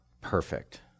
perfect